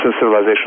civilization